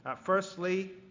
Firstly